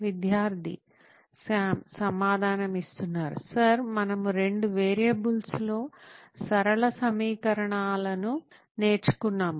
విద్యార్థి సామ్ సమాధానం ఇస్తున్నారు సర్ మనము రెండు వేరియబుల్స్లో సరళ సమీకరణాలను నేర్చుకున్నాము